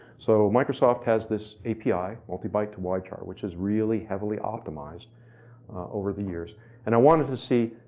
so microsoft has this api, multibyte to wide char which is really heavily optimized over the years and i wanted to see,